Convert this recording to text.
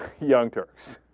young turks